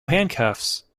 handcuffs